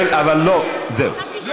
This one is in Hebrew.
עודד, לא, הוא שואל אבל לא, רטורית.